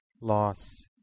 loss